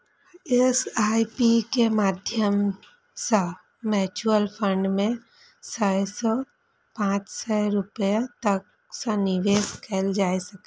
SIP के माध्यम सं म्यूचुअल फंड मे सय सं पांच सय रुपैया तक सं निवेश कैल जा सकैए